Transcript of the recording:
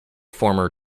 former